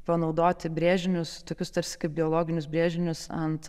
panaudoti brėžinius tokius tarsi kaip geologinius brėžinius ant